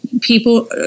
people